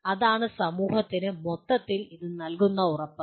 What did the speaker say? അതാണ് സമൂഹത്തിന് മൊത്തത്തിൽ ഇത് നൽകുന്ന ഉറപ്പ്